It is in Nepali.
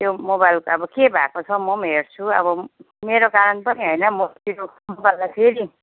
यो मोबाइलको अब के भएको छ म पनि हेर्छु अब मेरो कारण पनि होइन म त्यो मोबाइललाई फेरि